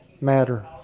matter